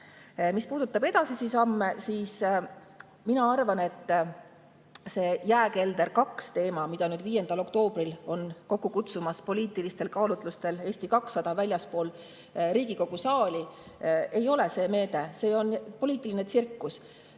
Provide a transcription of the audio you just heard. Mis puudutab edasisi samme, siis mina arvan, et see "Jääkelder 2" teema, mida nüüd 5. oktoobril on kokku kutsumas poliitilistel kaalutlustel Eesti 200 väljaspool Riigikogu saali, ei ole see meede. See on poliitiline tsirkus.